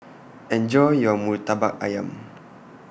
Enjoy your Murtabak Ayam